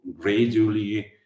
gradually